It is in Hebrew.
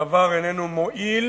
הדבר איננו מועיל